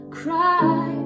cry